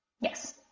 Yes